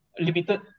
limited